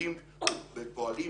מתפקדים ופועלים